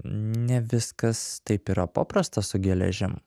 ne viskas taip yra paprasta su geležim